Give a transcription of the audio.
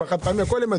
הכול.